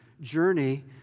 journey